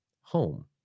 home